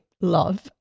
love